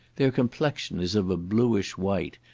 their complexion is of a blueish white,